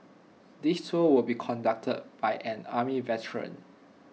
this tour will be conducted by an army veteran